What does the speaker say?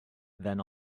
than